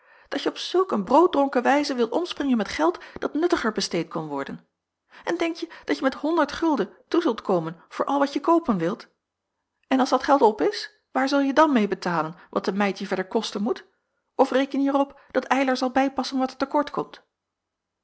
dat je op zulk een brooddronken wijze wilt omspringen met geld dat nuttiger besteed kon worden en denkje dat je met honderd gulden toe zult komen voor al wat je koopen wilt en als dat geld op is waar zulje dan meê betalen wat de meid je verder kosten moet of reken je er op dat eylar zal bijpassen wat er te kort komt